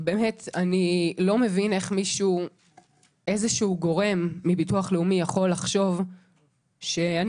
אני לא מבין איך איזשהו גורם מביטוח לאומי יכול לחשוב שהחלמתי